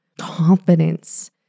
confidence